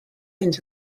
into